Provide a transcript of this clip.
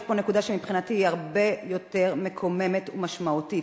יש פה נקודה שמבחינתי היא הרבה יותר מקוממת ומשמעותית,